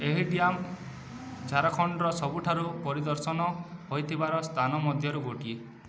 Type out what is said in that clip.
ଏହି ଡ୍ୟାମ୍ ଝାଡ଼ଖଣ୍ଡର ସବୁଠାରୁ ପରିଦର୍ଶନ ହେଇଥିବା ସ୍ଥାନ ମଧ୍ୟରୁ ଗୋଟିଏ